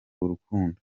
urukundo